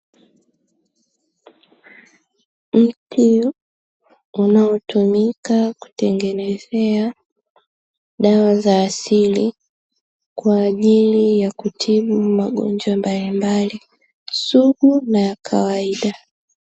Mti unaotumika kutengenezea dawa za asili, kwa ajili ya kutibu magonjwa mbalimbali, sugu na ya kawaida.